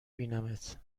بینمت